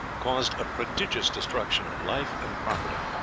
caused a prodigious destruction of life and property,